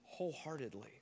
Wholeheartedly